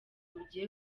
bugiye